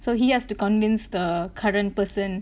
so he has to convince the current person